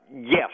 Yes